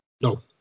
No